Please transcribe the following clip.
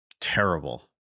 terrible